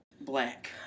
Black